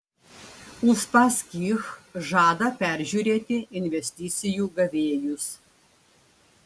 uspaskich žada peržiūrėti investicijų gavėjus